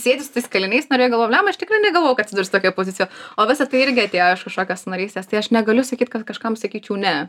sėdi su tais kaliniais nu ir galvoji blemba aš tikrai negalvojau kad atsidursiu tokioj pozicijoj o visa tai irgi atėjo iš kažkokios savanorystės tai aš negaliu sakyt kad kažkam sakyčiau ne